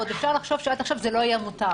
עוד אפשר לחשוב שעד עכשיו זה לא היה מותר.